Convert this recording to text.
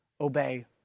obey